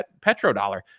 petrodollar